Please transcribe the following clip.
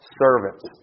servants